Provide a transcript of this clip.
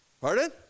Pardon